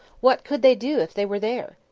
what could they do if they were there?